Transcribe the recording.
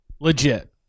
legit